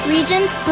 Regions